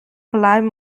bleiben